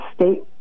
state